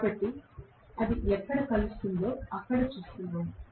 కాబట్టి అది ఎక్కడ కలుస్తుందో అక్కడ చూస్తున్నాము